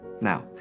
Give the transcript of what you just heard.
Now